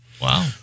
Wow